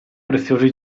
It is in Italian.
preziosi